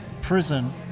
prison